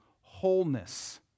wholeness